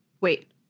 wait